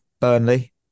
Burnley